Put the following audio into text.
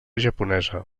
japonesa